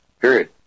period